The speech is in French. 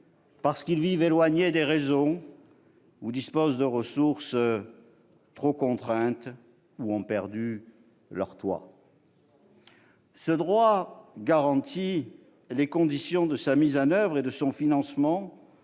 parce qu'ils vivent éloignés des réseaux, disposent de ressources trop contraintes ou ont perdu leur toit. Ce droit garanti, les conditions de sa mise en oeuvre et de son financement